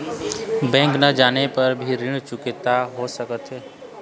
Bank न जाके भी ऋण चुकैती कर सकथों?